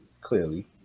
clearly